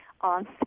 on